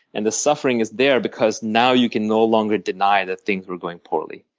and the suffering is there because now you can no longer deny that things were going poorly.